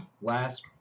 Last